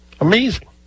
Amazing